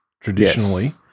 traditionally